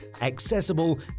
accessible